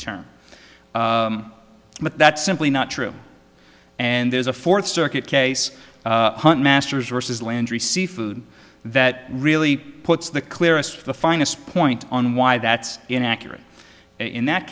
term but that's simply not true and there's a fourth circuit case masters versus landry seafood that really puts the clearest the finest point on why that's inaccurate in that